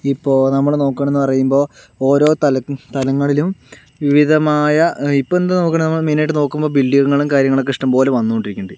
ഇപ്പോൾ നമ്മൾ നോക്കുകയാണെന്ന് പറയുമ്പോൾ ഓരോ തലത്തി തലങ്ങളിലും വിവിധമായ ഇപ്പോൾ എന്താ നോക്കണേ നമ്മള് മെയിനായിട്ട് നോക്കുമ്പോൾ ബിൽഡിങ്ങുകളും കാര്യങ്ങളൊക്കെ ഇഷ്ടം പോലെ വന്നു കൊണ്ടിരിക്കുന്നുണ്ട്